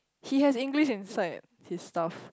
he has English inside his stuff